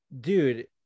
dude